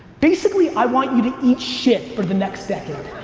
basically i want you to eat shit for the next decade.